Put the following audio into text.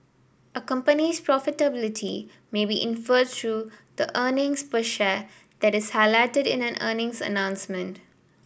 a company's profitability may be inferred through the earnings per share that is highlighted in an earnings announcement